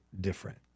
different